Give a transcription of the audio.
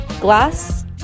glass